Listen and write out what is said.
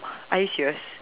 are you serious